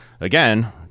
again